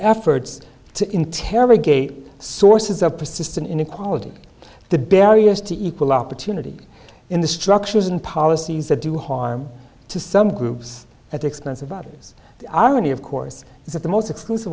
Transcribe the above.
efforts to interrogate sources of persistent inequality the barriers to equal opportunity in the structures and policies that do harm to some groups at the expense of others i only of course is that the most exclusive